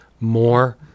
more